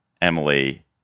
Emily